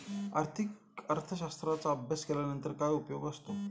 आर्थिक अर्थशास्त्राचा अभ्यास केल्यानंतर काय उपयोग असतो?